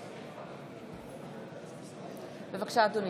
תומא סלימאן,